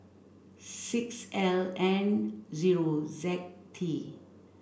six L N zero Z T